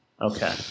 Okay